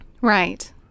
Right